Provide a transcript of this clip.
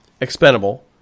expendable